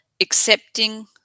accepting